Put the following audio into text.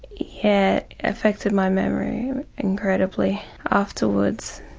yeah, it affected my memory incredibly afterwards.